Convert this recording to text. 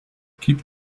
keep